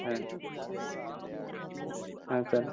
হ্যাঁ হ্যাঁ স্যার